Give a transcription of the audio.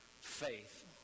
faith